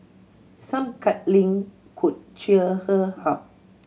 some cuddling could cheer her up